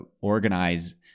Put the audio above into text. organize